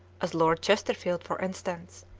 as lord chesterfield, for instance,